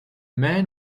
man